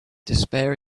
despair